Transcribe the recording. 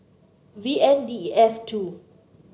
V N D F two